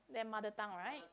then mother tongue right